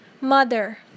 Mother